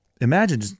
imagine